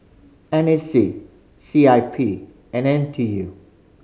N A C C I P and N T U